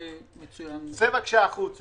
הערה זה מתווה סיוע לענף